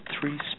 three